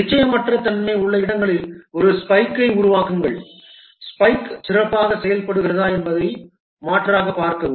நிச்சயமற்ற தன்மை உள்ள இடங்களில் ஒரு ஸ்பைக்கை உருவாக்குங்கள் ஸ்பைக் சிறப்பாக செயல்படுகிறதா என்பதையும் மாற்றாகப் பார்க்கவும்